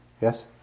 yes